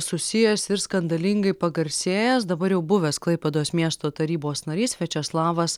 susijęs ir skandalingai pagarsėjęs dabar jau buvęs klaipėdos miesto tarybos narys viačeslavas